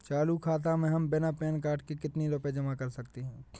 चालू खाता में हम बिना पैन कार्ड के कितनी रूपए जमा कर सकते हैं?